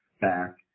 back